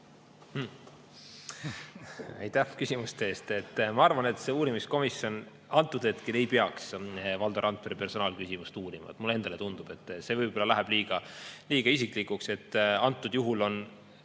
Aitäh küsimuste eest! Ma arvan, et see uurimiskomisjon ei peaks praegu Valdo Randpere personaalküsimust uurima. Mulle endale tundub, et see võib-olla läheb liiga isiklikuks. Antud juhul on